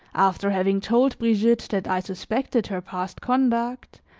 after having told brigitte that i suspected her past conduct,